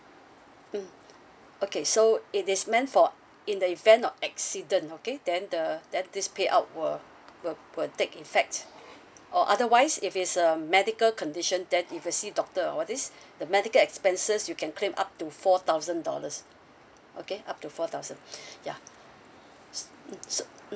mm okay so it is meant for in the event of accident okay then the then this payout will will will take effect or otherwise if it's a medical condition then you will see doctor or all these the medical expenses you can claim up to four thousand dollars okay up to four thousand ya s~ mm